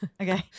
okay